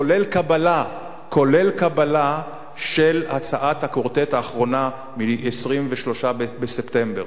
כולל קבלה של הצעת הקוורטט האחרונה מ-23 בספטמבר.